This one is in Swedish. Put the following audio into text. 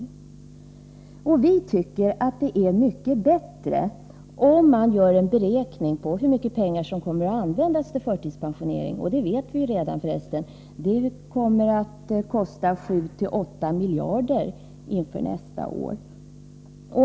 Enligt vår mening är det mycket bättre att göra en beräkning av hur mycket pengar som kommer att användas till förtidspensionering— för resten vet vi det redan nu. Det kommer nämligen att kosta 7-8 miljarder kronor nästa budgetår.